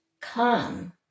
come